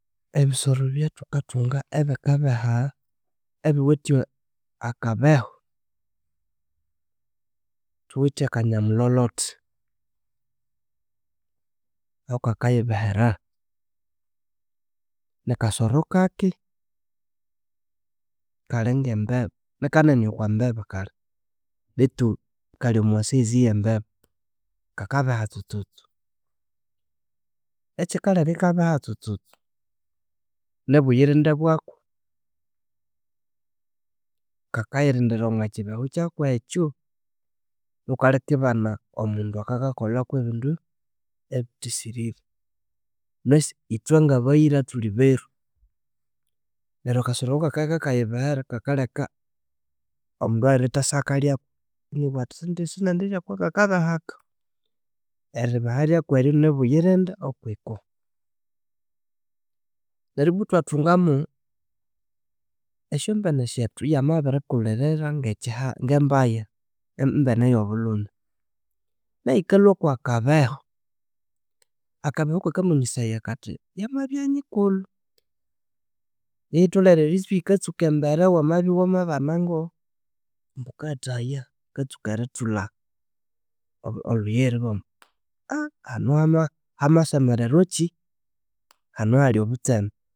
Ebisoro ebyathukathunga ebikabehaa ebiwithe akabehu; thuwithe akanyamulholhothi, aku kakayibehera. Nikasoro kake kali ngembeba, nikanene okwambeba kale betu kali omwa size yembeba. Kakabeha tsutsutsu, ekyileka ikabeha tsutsutsu, nibuyirinde bwaku. Kakayirindira omwakyibehu kyaku ekyu nuku kalikibana omundu akakakolhaku ebindu ebithisirire. Ghunasi ithwe ngabayira thuli beru, neru akasoro oku kakabya kakayibehera kakaleka omundu oyulyendithasyakalyaku inabugha athi sinendirya okwakayibehera aka. Eribeha lyaku eryo nibuyirinde okwiko. Neribwa ithwathungamu esyombene syethu yamabirikulirira ngekyiha ngembaya, embene eyobulhume. Nayu yikalhwa kwakabehu, akabehu kakamanyisaya kathi yamabya nyikulhu. Yeyitholere eribya iyikatsuka embere wamabya iwamabana ngo- ambu ghukayathahaya, yikatsuka erithulha olhuyira ibabugha ambu aaaa hanu hamasemererwaki, hanu hali obutseme.